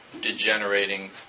degenerating